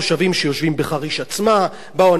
באו אנשים מקיבוץ מצר וברקאי,